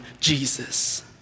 Jesus